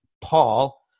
Paul